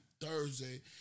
Thursday